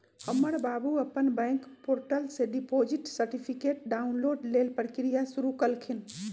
हमर बाबू अप्पन बैंक पोर्टल से डिपॉजिट सर्टिफिकेट डाउनलोड लेल प्रक्रिया शुरु कलखिन्ह